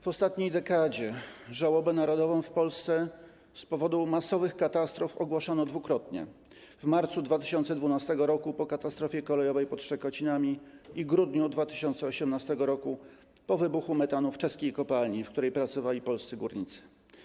W ostatniej dekadzie żałobę narodową w Polsce z powodu masowych katastrof ogłoszono dwukrotnie - w marcu 2012 r. po katastrofie kolejowej pod Szczekocinami i w grudniu 2018 r. po wybuchu metanu w czeskiej kopalni, w której pracowali polscy górnicy.